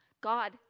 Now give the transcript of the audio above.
God